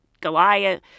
Goliath